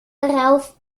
rauf